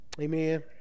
Amen